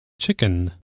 chicken